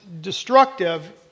destructive